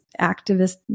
activist